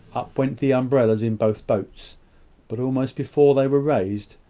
up went the umbrellas in both boats but almost before they were raised,